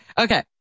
Okay